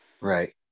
Right